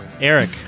Eric